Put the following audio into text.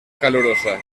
calurosa